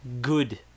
good